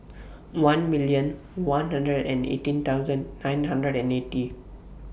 one million one hundred and eighteen thousand nine hundred and eighty